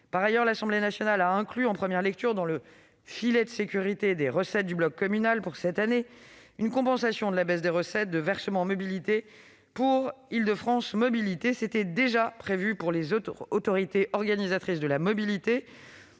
Par ailleurs, l'Assemblée nationale a inclus en première lecture dans le « filet de sécurité » des recettes du bloc communal pour cette année une compensation de la baisse des recettes du versement mobilité pour Île-de-France Mobilités. Cela était déjà prévu pour les autres autorités organisatrices de la mobilité.